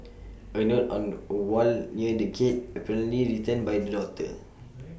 A note on A wall near the gate apparently written by the daughter